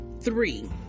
three